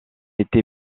été